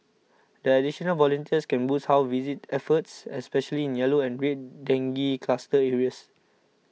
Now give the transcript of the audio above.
the additional volunteers can boost house visit efforts especially in yellow and red dengue cluster areas